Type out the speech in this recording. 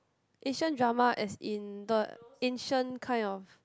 ancient drama as in the ancient kind of